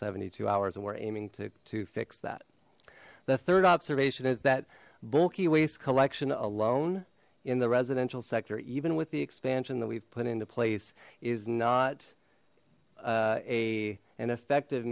seventy two hours and we're aiming to fix that the third observation is that bulky waste collection alone in the residential sector even with the expansion that we've put into place is not a an effective